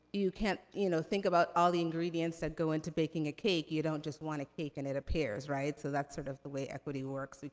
you can, you know, think about all the ingredients that go into baking a cake. you don't just want a cake, and it appears, right? so that's sort of the way equity works.